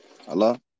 Hello